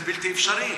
זה בלתי אפשרי.